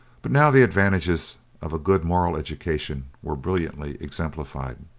but now the advantages of a good moral education were brilliantly exemplified.